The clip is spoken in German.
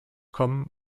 kommen